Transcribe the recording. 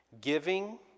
giving